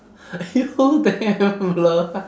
you damn blur